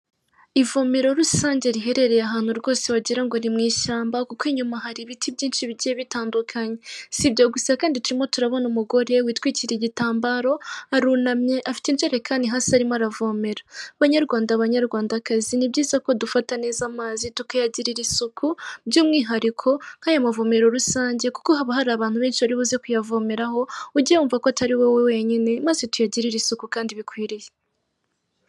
Ivomero rusange riherereye ahantu rwose wagira ngo ni mu ishyamba, kuko inyuma hari ibiti byinshi bigiye bitandukanye, si ibyo gusa kandi turimo turabona umugore witwikiriye igitambaro, arunamye, afite injerekani hasi arimo aravomera. Banyarwanda, banyarwandakazi ni byiza ko dufata neza amazi, tukayagirira isuku by'umwihariko nk'ayo mavomero rusange, kuko haba hari abantu benshi bari buze kuyavomeraraho, ujye wumva ko atari wowe wenyine, maze tuyagirire isuku kandi bikwiriye.